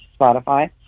Spotify